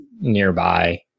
nearby